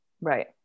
Right